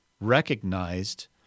recognized